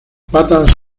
patas